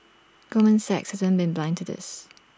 Goldman Sachs hasn't been blind to this